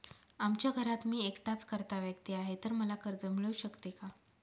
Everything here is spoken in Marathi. आमच्या घरात मी एकटाच कर्ता व्यक्ती आहे, तर मला कर्ज मिळू शकते का?